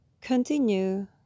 Continue